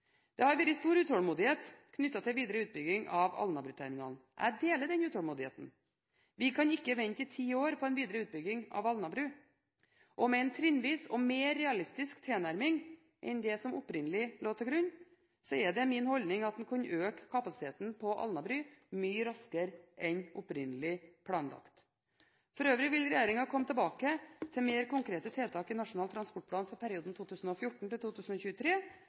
Det har vært stor utålmodighet knyttet til videre utbygging av Alnabruterminalen. Jeg deler denne utålmodigheten. Vi kan ikke vente i ti år på en videre utbygging av Alnabru. Med en trinnvis og mer realistisk tilnærming enn det som opprinnelig lå til grunn, er det min holdning at man kunne øke kapasiteten på Alnabru mye raskere enn opprinnelig planlagt. For øvrig vil regjeringen komme tilbake til mer konkrete tiltak i Nasjonal transportplan for perioden